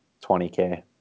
20k